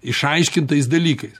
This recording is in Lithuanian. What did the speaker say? išaiškintais dalykais